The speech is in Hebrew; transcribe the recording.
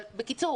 אבל, בקיצור,